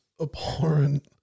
abhorrent